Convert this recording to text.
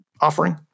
offering